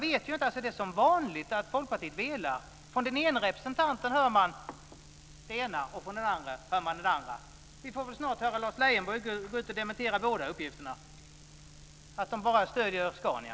Det är som vanligt så att Folkpartiet velar. Från den ena representanten hör man det ena och från den andra det andra. Vi får väl snart höra Lars Leijonborg dementera båda uppgifterna och säga att man bara stöder Scania.